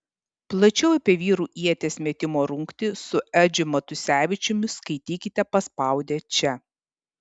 plačiau apie vyrų ieties metimo rungtį su edžiu matusevičiumi skaitykite paspaudę čia